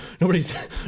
nobody's